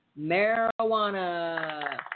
marijuana